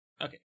Okay